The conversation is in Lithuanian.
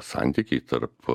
santykiai tarp